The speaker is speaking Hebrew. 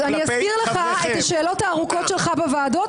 אני אשמור על זכותך לדבר,